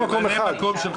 מקום אחד.